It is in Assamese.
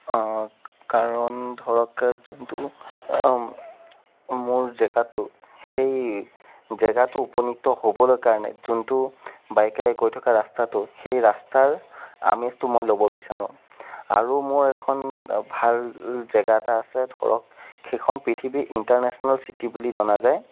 কাৰণ ধৰক যোনটো মোৰ জেগাটো সেই জেগাটো উপনীত হ'বলৈ কাৰণে যোনটো বাইকেৰে গৈ থকা ৰাস্তাটো সেই ৰাস্তাৰ আমেজটো মই ল'ব বিচাৰোঁ আৰু মোৰ এখন ভাল জেগা এটা আছে ধৰক সেইখন পৃথিৱীৰ ইন্টাৰনেচনেল চিটি বুলি জনা যায়